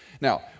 Now